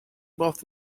both